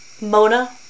Mona